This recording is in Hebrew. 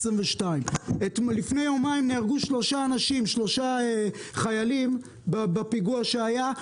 לפני יומיים נהרגו שלושה חיילים בפיגוע שהיה,